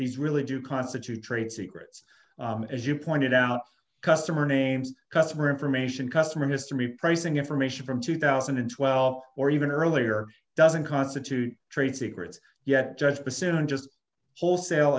these really do constitute trade secrets as you pointed out customer names customer information customer history pricing information from two thousand and twelve or even earlier doesn't constitute trade secrets yet just bassoon and just wholesale